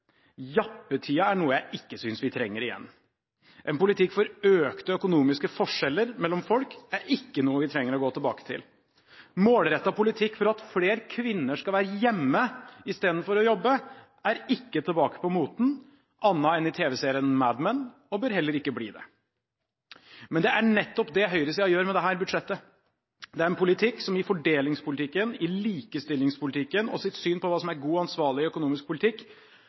Jappetiden er noe jeg ikke synes vi trenger igjen. En politikk for økte økonomiske forskjeller mellom folk er ikke noe vi trenger å gå tilbake til. Målrettet politikk for at flere kvinner skal være hjemme istedenfor å jobbe er ikke tilbake på moten – annet enn i tv-serien Mad Men – og bør heller ikke bli det. Men det er nettopp det høyresiden gjør med dette budsjettet. Det er en politikk som i fordelingspolitikken, likestillingspolitikken og sitt syn på hva som er god, ansvarlig økonomisk politikk,